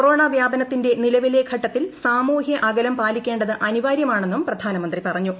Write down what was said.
corona വ്യാപനത്തിന്റെ നിലവിലെ ഘട്ടത്തിൽ സാമൂഹ്യ അകലം പാലിക്കേണ്ടത് അനിവാരൃമാണെന്നും പ്രധാനമന്ത്രി പറഞ്ഞു